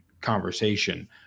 conversation